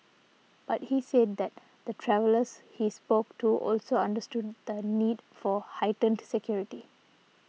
but he said that the travellers he spoke to also understood the need for heightened security